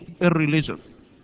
irreligious